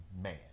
man